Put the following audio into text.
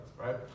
Right